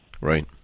Right